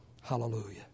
Hallelujah